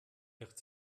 wird